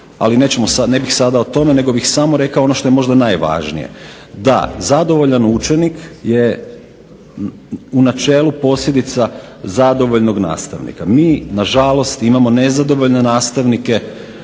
sad, ne bih sada o tome nego bih samo rekao ono što je možda najvažnije da zadovoljan učenik je u načelu posljedica zadovoljnog nastavnika. Mi nažalost imamo nezadovoljne nastavnike